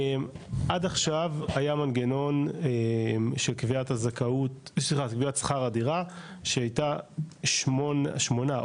עד עכשיו היה מנגנון של קביעת שכר הדירה שהייתה שמונה,